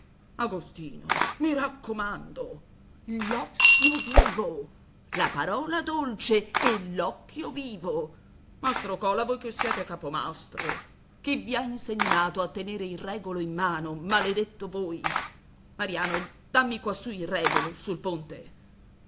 agostino mi raccomando l'occhio vivo la parola dolce e l'occhio vivo mastro cola voi che siete capomastro chi vi ha insegnato a tenere il regolo in mano maledetto voi mariano dammi quassù il regolo sul ponte